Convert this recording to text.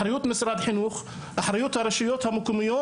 באחריות משרד החינוך ובאחריות הרשות המקומיות.